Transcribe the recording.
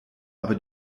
aber